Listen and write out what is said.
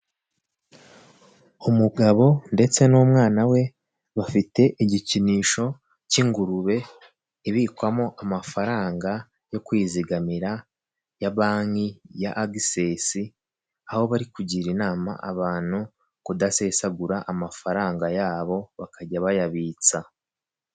Umugabo, ndetse n'umwana we bafite igikinisho k'ingurube ibikwamo amafaranga yo kwizigamira ya banki ya agisesi, aho bari kugira inama abantu kudasesagura amafaranga yabo, bakajya bayabitsa.